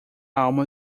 alma